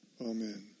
Amen